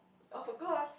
of course